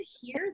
hear